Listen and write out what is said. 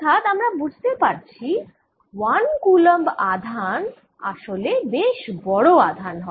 অর্থাৎ আমরা বুঝতে পারছি 1 কুলম্ব আধান বেশ বড় আধান হয়